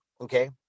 Okay